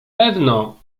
pewno